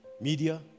media